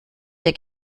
der